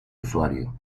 usuario